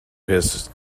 his